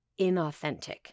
inauthentic